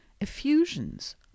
effusions